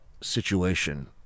situation